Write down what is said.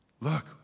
Look